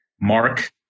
Mark